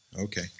Okay